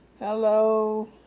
Hello